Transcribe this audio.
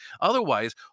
Otherwise